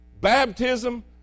baptism